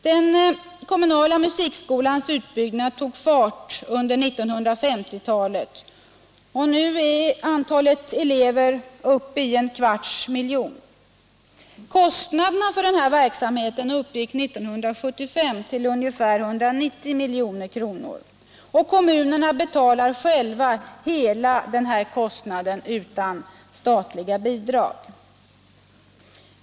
Den kommunala musikskolans utbyggnad tog fart under 1950-talet, och nu är antalet elever uppe i en kvarts miljon. Kostnaderna för denna verksamhet uppgick år 1975 till ungefär 190 milj.kr. Kommunerna betalar själva hela denna kostnad utan statliga bidrag.